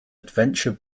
adventure